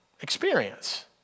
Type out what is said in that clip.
experience